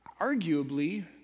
Arguably